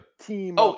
team